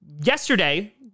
yesterday